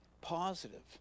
positive